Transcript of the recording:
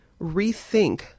rethink